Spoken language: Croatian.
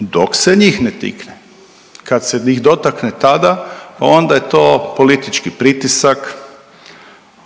dok se njih ne tikne. Kad se njih dotakne tada onda je to politički pritisak,